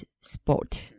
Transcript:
sport